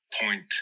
point